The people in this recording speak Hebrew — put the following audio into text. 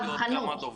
יש לנו עוד דוברים.